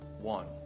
one